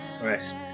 rest